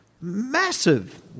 massive